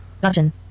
button